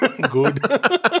Good